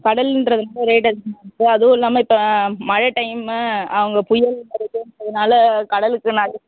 கடல்ன்றதுனால rate அதிகமாக இருக்கும் அதுவும் இல்லாமல் இப்போ மழை டைமு அவங்க புயல் வருதுன்றதுனால கடலுக்கு நான்